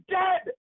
dead